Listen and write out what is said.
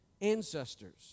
ancestors